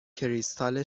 کریستال